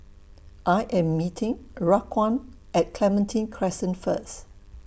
I Am meeting Raquan At Clementi Crescent First